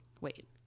wait